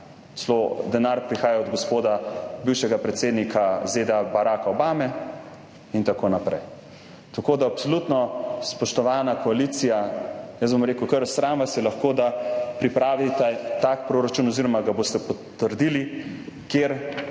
ZDA, denar prihaja celo od gospoda bivšega predsednika ZDA Baracka Obame in tako naprej. Absolutno, spoštovana koalicija, jaz bom rekel kar: sram vas je lahko, da pripravite proračun oziroma ga boste potrdili, kjer